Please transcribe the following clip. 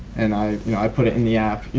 and i you know i put it in the app.